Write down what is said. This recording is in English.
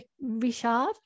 Richard